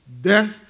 death